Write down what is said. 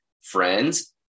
friends